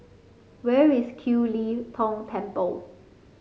where is Kiew Lee Tong Temple